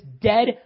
dead